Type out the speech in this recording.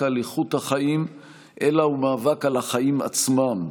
על איכות החיים אלא הוא מאבק על החיים עצמם.